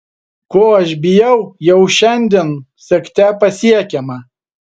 ko aš bijau jau šiandien siekte pasiekiama